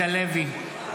אמיר אוחנה,